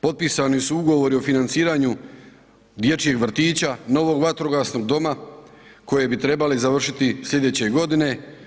Potpisani su ugovori o financiranju dječjeg vrtića, novog vatrogasnog doma koje bi trebali završiti slijedeće godine.